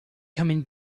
coming